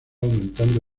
aumentando